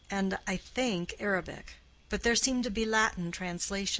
and, i think, arabic but there seem to be latin translations.